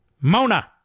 Mona